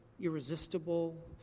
irresistible